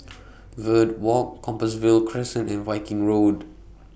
Verde Walk Compassvale Crescent and Viking Road